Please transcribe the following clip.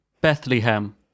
Bethlehem